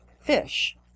fish